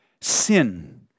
sin